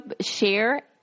share